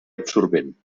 absorbent